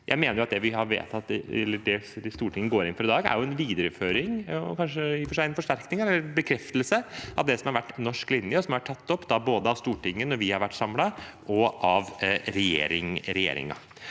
går inn for i dag, er en videreføring og i og for seg en forsterkning og en bekreftelse av det som har vært norsk linje, som er tatt opp både av Stortinget når vi har vært samlet, og av regjeringen.